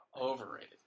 Overrated